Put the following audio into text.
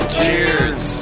cheers